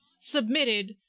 submitted